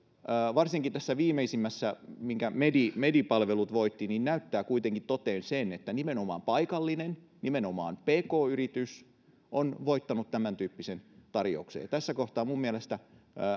varsinkin tässä viimeisimmässä minkä medi medi palvelut voitti näyttävät kuitenkin toteen sen että nimenomaan paikallinen nimenomaan pk yritys on voittanut tämän tyyppisen tarjouksen ja tässä kohtaa minun mielestäni